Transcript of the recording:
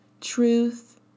truth